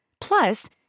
Plus